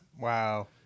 Wow